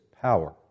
power